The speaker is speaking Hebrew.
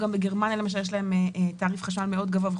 בגרמניה, למשל, יש תעריף חשמל מאוד גבוה.